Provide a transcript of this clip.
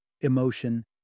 emotion